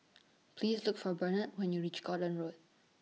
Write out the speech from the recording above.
Please Look For Bernard when YOU REACH Gordon Road